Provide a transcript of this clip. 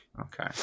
Okay